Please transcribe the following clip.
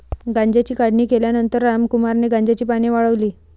गांजाची काढणी केल्यानंतर रामकुमारने गांजाची पाने वाळवली